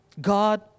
God